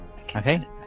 Okay